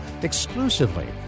exclusively